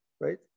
right